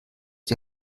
die